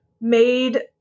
made